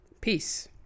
Peace